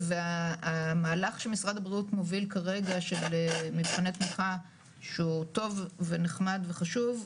והמהלך שמשרד הבריאות מוביל כרגע מבחינת תמיכה שהוא טוב ונחמד וחשוב,